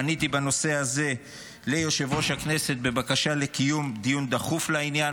פניתי בנושא הזה ליושב-ראש הכנסת בבקשה לקיום דיון דחוף לעניין,